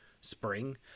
spring